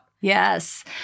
yes